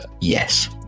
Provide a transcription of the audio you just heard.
Yes